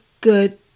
good